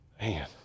Man